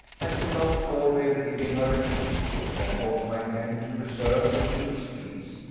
i could not forbear giving her a hint, which i thought might tend to preserve the king's peace,